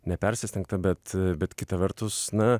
nepersistengta bet bet kita vertus na